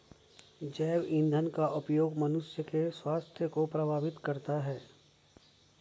जैव ईंधन का उपयोग मनुष्य के स्वास्थ्य को प्रभावित करता है